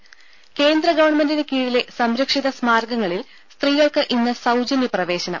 ത കേന്ദ്ര ഗവൺമെന്റിന് കീഴിലെ സംരക്ഷിത സ്മാരകങ്ങളിൽ സ്ത്രീകൾക്ക് ഇന്ന് സൌജന്യ പ്രവേശനം